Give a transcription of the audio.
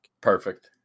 Perfect